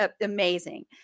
amazing